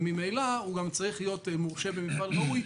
וממילא הוא גם צריך להיות מורשה במפעל ראוי,